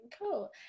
Cool